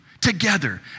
together